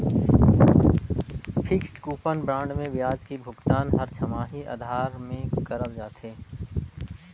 fixed coupon bond मे बियाज के भुगतान हर छमाही आधार में करल जाथे